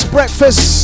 Breakfast